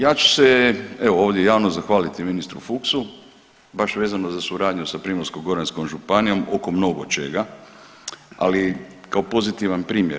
Ja ću se evo ovdje javno zahvaliti ministru Fuchsu baš vezano za suradnju sa Primorsko-goranskom županijom oko mnogo čega, ali kao pozitivan primjer.